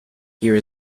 here